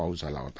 पाऊस झाला होता